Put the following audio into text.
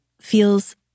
feels